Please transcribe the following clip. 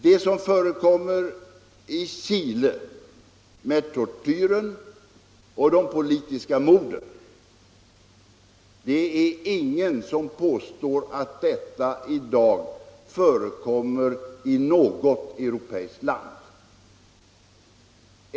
Det är ingen som påstår att det i något europeiskt land förekommer tortyr och politiska mord. Detta förekommer i Chile.